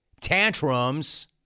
tantrums